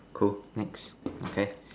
cool next okay